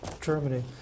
Germany